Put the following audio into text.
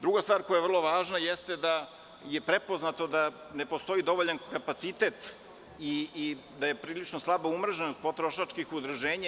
Druga stvar koja je vrlo važna jeste da je prepoznato da ne postoji dovoljan kapacitet i da je prilično slaba umreženost potrošačkih udruženja.